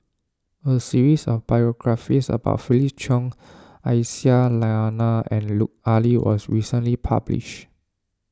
a series of biographies about Felix Cheong Aisyah Lyana and Lut Ali was recently published